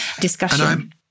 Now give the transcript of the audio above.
discussion